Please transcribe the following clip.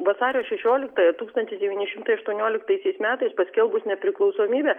vasario šešioliktąją tūkstantis devyni šimtai aštuonioliktaisiais metais paskelbus nepriklausomybę